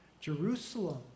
Jerusalem